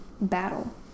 battle